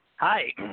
Hi